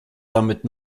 damit